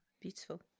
beautiful